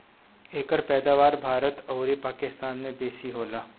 एकर पैदावार भारत अउरी पाकिस्तान में बेसी होला